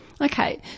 Okay